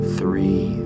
three